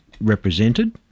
represented